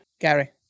Gary